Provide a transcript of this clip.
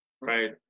Right